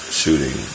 shooting